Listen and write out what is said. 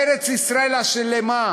ארץ-ישראל השלמה.